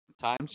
time's